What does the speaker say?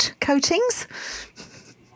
coatings